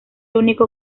último